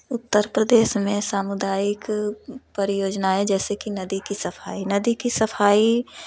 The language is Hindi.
उत्तर प्रदेश में सामुदायिक परियोजनाएँ जैसे कि नदी की सफाई नदी की सफाई